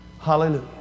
Hallelujah